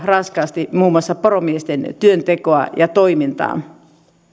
raskaasti muun muassa poromiesten työntekoa ja toimintaa